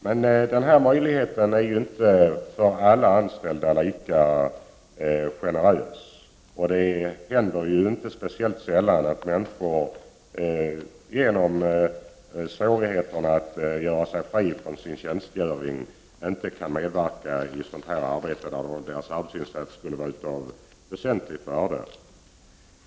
Men den möjligheten är inte lika generöst tilltagen för alla anställda, och det händer inte sällan att människor på grund av svårigheterna att göra sig fria från sin tjänstgöring inte kan medverka i sammanhang där deras arbetsinsats skulle vara av väsentligt värde.